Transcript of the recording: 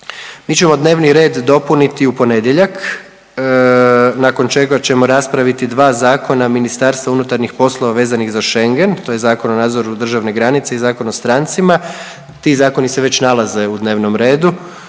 Mi ćemo dnevni red dopuniti u ponedjeljak nakon čega ćemo raspraviti dva zakona MUP-a vezanih za Schengen to je Zakon o nadzoru državne granice i Zakon o strancima, ti zakoni se već nalaze u dnevnom redu